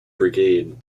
brigade